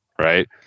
Right